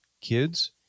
kids